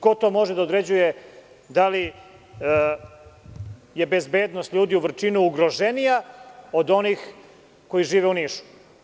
Ko to može da određuje da li je bezbednost ljudi u Vrčinu ugroženija od onih koji žive u Nišu?